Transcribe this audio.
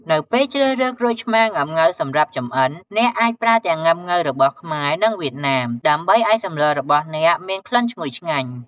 នៅពេលជ្រើសរើសក្រូចឆ្មាងុាំង៉ូវសម្រាប់ចម្អិន អ្នកអាចប្រើទាំង ងុាំង៉ូវរបស់ខ្មែរ និងវៀតណាម ដើម្បីឱ្យសម្លរបស់អ្នកមានក្លិនឈ្ងុយឆ្ងាញ់។